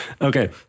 Okay